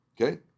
okay